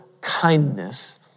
kindness